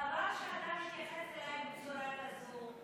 חבל שאתה מתייחס אליי בצורה כזאת.